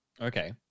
Okay